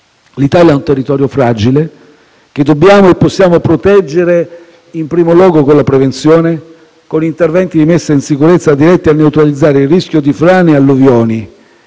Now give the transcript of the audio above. L'Italia ha un territorio fragile, che dobbiamo e possiamo proteggere in primo luogo con la prevenzione e con interventi di messa in sicurezza diretti a neutralizzare il rischio di frane e alluvioni.